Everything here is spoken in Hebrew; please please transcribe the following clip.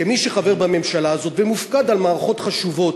כמי שחבר בממשלה הזאת ומופקד על מערכות חשובות,